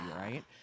right